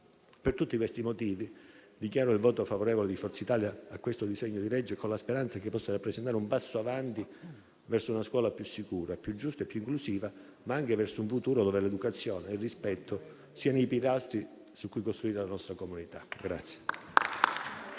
Per tutti questi motivi, dichiaro il voto favorevole di Forza Italia a questo disegno di legge, con la speranza che possa rappresentare un passo in avanti verso una scuola più sicura, più giusta e più inclusiva, ma anche verso un futuro in cui l'educazione e il rispetto siano i pilastri su cui costruire la nostra comunità.